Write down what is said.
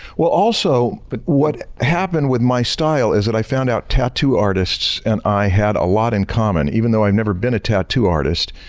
well, also but what happened with my style is that i found out tattoo artists and i had a lot in common even though i've never been a tattoo artist.